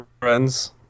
friends